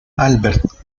albert